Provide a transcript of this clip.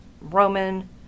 roman